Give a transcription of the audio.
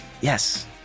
Yes